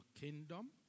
kingdom